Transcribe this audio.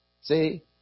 See